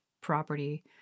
property